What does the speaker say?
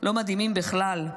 לא מדהימים בכלל,